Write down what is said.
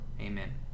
Amen